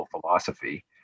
philosophy